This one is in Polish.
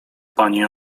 pani